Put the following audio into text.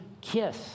kiss